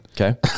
Okay